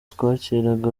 twakiraga